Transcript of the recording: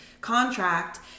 contract